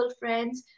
friends